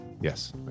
Yes